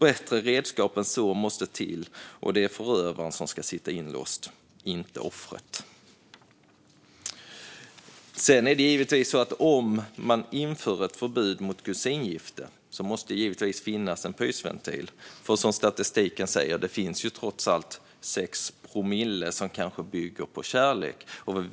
Bättre redskap än så måste till, och det är förövaren som ska sitta inlåst - inte offret. Om man inför ett förbud mot kusingifte måste det givetvis finnas en pysventil, för som statistiken säger finns det trots allt 6 promille där äktenskapet kanske bygger på kärlek.